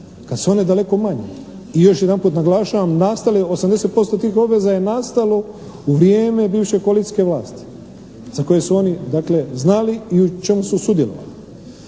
kad su one daleko manje, i još jedanput naglašavam nastale, 80% tih obveza je nastalo u vrijeme bivše koalicijske vlasti za koje su oni dakle znali i u čemu su sudjelovali.